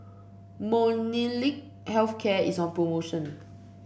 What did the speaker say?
Molnylcke Health Care is on promotion